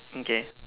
okay